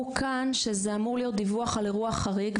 כאן שזה אמור להיות דיווח על אירוע חריג,